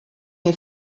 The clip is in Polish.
nie